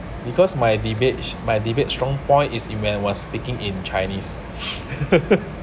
because my debates my debate strong point is in when I was speaking in chinese